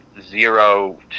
zero